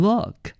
Look